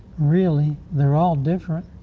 really they're all different,